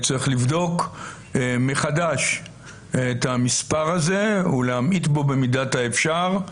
צריך לבדוק מחדש את המספר הזה ולהמעיט בו במידת האפשר,